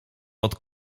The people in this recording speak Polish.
pod